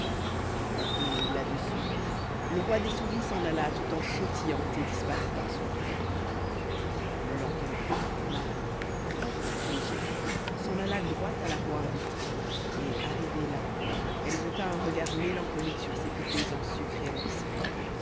et là-dessus le roi des souris s'en alla tout en sautillant et disparut par son trou le lendemain marie fort affligée s'en alla droit à l'armoire vitrée et arrivée là elle jeta un regard mélancolique sur ses poupées en sucre et en biscuit